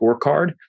scorecard